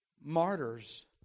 martyrs